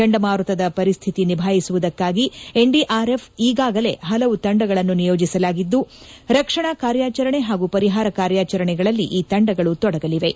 ಚಂಡಮಾರುತದ ಪರಿಸ್ಥಿತಿ ನಿಭಾಯಿಸುವುದಕ್ಕಾಗಿ ಎನ್ ಡಿಆರ್ ಎಫ್ ಈಗಾಗಲೇ ಹಲವು ತಂಡಗಳನ್ನು ನಿಯೋಜಿಸಲಾಗಿದ್ದು ರಕ್ಷಣಾ ಕಾರ್ಯಾಚರಣೆ ಹಾಗೂ ಪರಿಹಾರ ಕಾರ್ಯಾಚರಣೆಗಳಲ್ಲಿ ಈ ತಂಡಗಳು ತೊಡಗಲಿವೆ